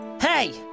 hey